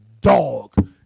dog